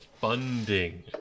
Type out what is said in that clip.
funding